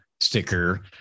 sticker